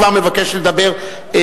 כבר מבקש לדבר.